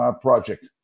project